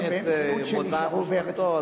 את מוצא משפחתו,